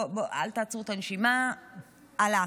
אל תעצרו את הנשימה, עלה.